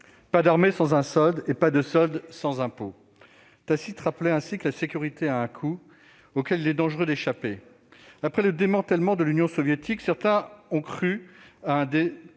pas d'armée, sans une solde ; pas de solde sans des impôts. » Tacite rappelait ainsi que la sécurité a un coût, auquel il est dangereux d'échapper. Après le démantèlement de l'Union soviétique, certains ont cru à un